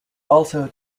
also